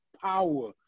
power